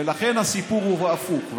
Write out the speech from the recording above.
ולכן הסיפור הוא הפוך.